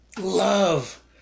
love